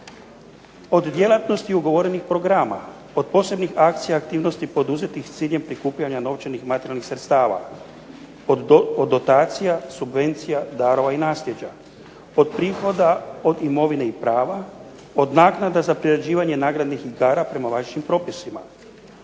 Od djelatnosti ugovorenih programa od posebnih akcija, aktivnosti poduzetih s ciljem prikupljanja novčanih, materijalnih sredstava, od dotacija, subvencija, darova i naslijeđa, od prihoda od imovine i prava, od naknada za priređivanje nagradnih igara prema važećim propisa,